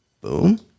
Boom